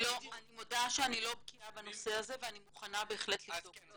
אני מודה שאני לא בקיאה בנושא הזה ואני מוכנה בהחלט לבדוק את זה.